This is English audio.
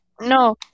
No